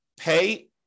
pay